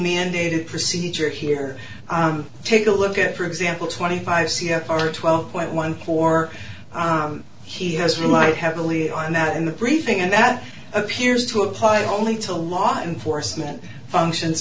mandated procedure here take a look at for example twenty five c f r twelve point one four he has relied heavily on that in the briefing and that appears to apply only to law enforcement functions